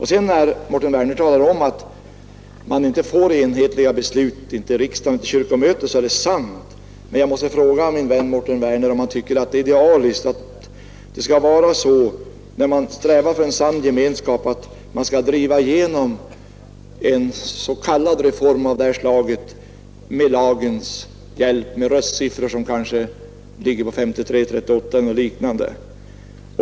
Herr Werner talade om att man inte får enhälliga beslut i riksdagen och vid kyrkomötet, och det är sant, men jag måste fråga min vän Mårten Werner om han tycker att det är idealiskt att man, när man strävar för en sann gemenskap, skall driva igenom en s.k. reform av detta slag med lagens hjälp och med röstsiffrorna 53—38 eller något liknande.